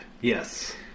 Yes